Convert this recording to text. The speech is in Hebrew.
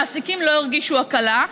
המעסיקים לא הרגישו הקלה,